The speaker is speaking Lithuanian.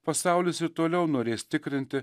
pasaulis ir toliau norės tikrinti